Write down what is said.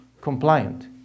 compliant